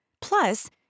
Plus